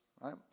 right